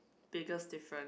biggest difference